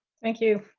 thank you.